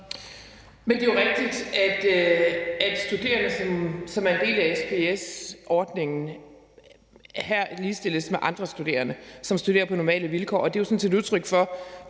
Det er jo rigtigt, at studerende, som er en del af SPS-ordningen, her ligestilles med andre studerende, som studerer på normale vilkår. Og det er jo sådan set et udtryk for